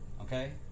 Okay